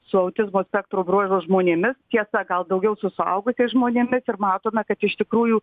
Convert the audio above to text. su autizmo spektro bruožo žmonėmis tiesa gal daugiau su suaugusiais žmonėmis ir matome kad iš tikrųjų